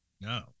No